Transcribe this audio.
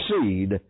seed